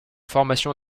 formation